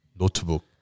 Notebook